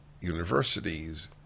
universities